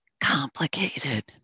complicated